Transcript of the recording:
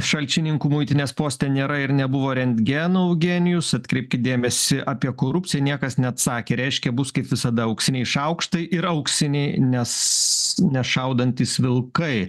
šalčininkų muitinės poste nėra ir nebuvo rentgenų eugenijus atkreipkit dėmesį apie korupciją niekas neatsakė reiškia bus kaip visada auksiniai šaukštai ir auksiniai nes nešaudantys vilkai